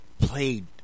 played